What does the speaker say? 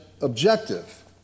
objective